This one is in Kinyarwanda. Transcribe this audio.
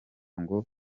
ngo